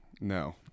No